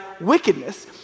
wickedness